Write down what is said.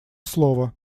слово